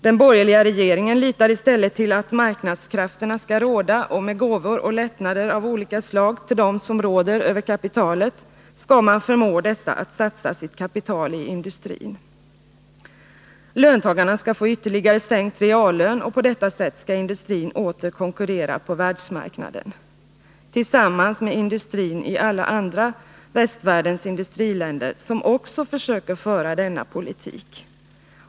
Den borgerliga regeringen litar i stället till att marknadskrafterna skall råda, och med gåvor och lättnader av olika slag till dem som råder över kapitalet skall man förmå dessa att satsa sitt kapital i industrin. Löntagarna skall få ytterligare sänkt reallön, och på detta sätt skall industrin åter konkurrera på världsmarknaden — tillsammans med industrin i alla övriga västvärldens industriländer, som också försöker föra denna politik.